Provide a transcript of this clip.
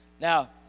Now